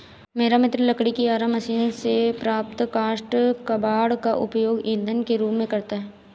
मेरा मित्र लकड़ी की आरा मशीन से प्राप्त काष्ठ कबाड़ का उपयोग ईंधन के रूप में करता है